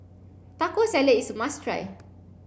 Taco Salad is a must try